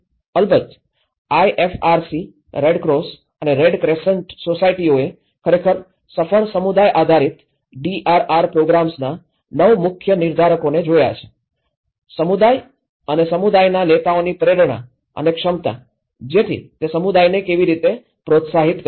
અલબત્ત IFRC red cross અને red crescent સોસાયટીઓએ ખરેખર સફળ સમુદાય આધારિત ડીઆરઆર પ્રોગ્રામના 9 મુખ્ય નિર્ધારકોને જોયા છે સમુદાય અને સમુદાયના નેતાઓની પ્રેરણા અને ક્ષમતા જેથી તે સમુદાયને કેવી રીતે પ્રોત્સાહિત કરે છે